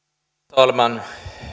talman